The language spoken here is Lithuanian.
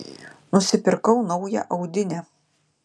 nusipirkau naują audinę